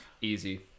Easy